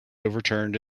overturned